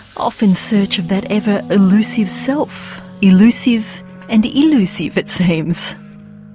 off in search of that ever elusive self. elusive and illusive it seems!